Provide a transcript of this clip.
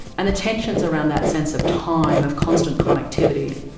and tensions around that sense of time, of constant connectivity,